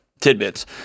tidbits